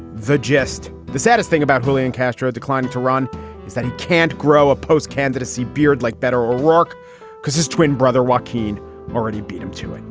the gist the saddest thing about julian castro declining to run is that he can't grow a post candidacy. beard like better a rock because his twin brother walkin' already beat him to.